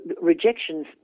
rejections